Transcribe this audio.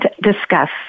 discuss